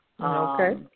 Okay